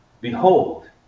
Behold